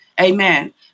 Amen